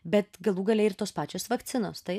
bet galų gale ir tos pačios vakcinos tai